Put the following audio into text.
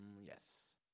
Yes